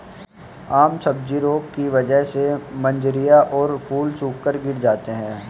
आम सब्जी रोग की वजह से मंजरियां और फूल सूखकर गिर जाते हैं